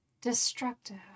Destructive